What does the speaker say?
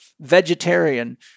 Vegetarian